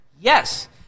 Yes